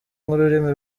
nk’ururimi